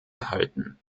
erhalten